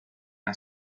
and